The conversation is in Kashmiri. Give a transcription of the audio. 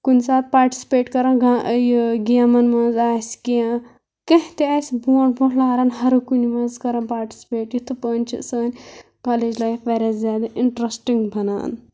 کُنہِ سات پاٹِسپیٹ کَران گا یہِ گیمن منٛز آسہِ کیٚنٛہہ کیٚنٛہہ تہِ آسہِ برٛونٛٹھ برٛونٛٹھ لاران ہر کُنہِ منٛز کَران پاٹِسپیٹ یِتھٕ پٲنۍ چھِ سٲنۍ کالیج لایِف واریاہ زیادٕ اِنٹرٛسٹِنٛگ بَنان